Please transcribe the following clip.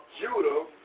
Judah